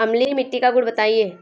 अम्लीय मिट्टी का गुण बताइये